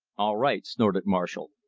all right, snorted marshall,